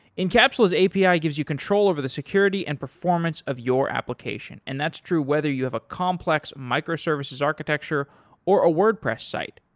incapsula's api ah gives you control over the security and performance of your application and that's true whether you have a complex micro-services architecture or a wordpress site,